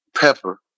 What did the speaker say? pepper